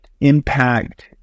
impact